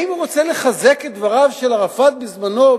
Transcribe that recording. האם הוא רוצה לחזק את דבריו של ערפאת בזמנו,